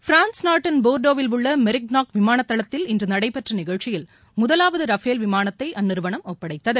France நாட்டின் போர்டோவில் உள்ள மெரிக்நாக் விமான தளத்தில் இன்று நடைபெற்ற நிகழ்ச்சியில் முதலாவது ரஃபேல் விமானத்தை அந்நிறுவனம் ஒப்படைத்தது